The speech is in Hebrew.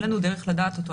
אין לנו דרך לדעת אותו.